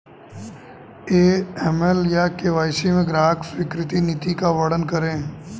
AML या KYC में ग्राहक स्वीकृति नीति का वर्णन करें?